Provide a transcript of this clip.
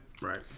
right